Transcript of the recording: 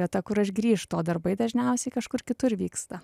vieta kur aš grįžtu o darbai dažniausiai kažkur kitur vyksta